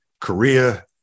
Korea